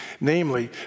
namely